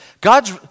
God's